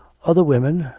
other women,